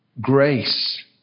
grace